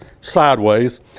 sideways